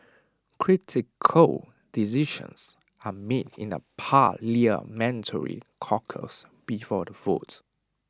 critical decisions are made in A parliamentary caucus before the vote